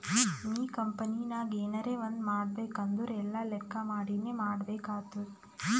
ನೀ ಕಂಪನಿನಾಗ್ ಎನರೇ ಒಂದ್ ಮಾಡ್ಬೇಕ್ ಅಂದುರ್ ಎಲ್ಲಾ ಲೆಕ್ಕಾ ಮಾಡಿನೇ ಮಾಡ್ಬೇಕ್ ಆತ್ತುದ್